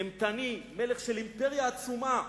אימתני, מלך של אימפריה עצומה,